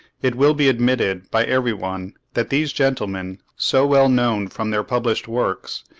it will be admitted by every one that these gentlemen, so well known from their published works,